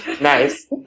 Nice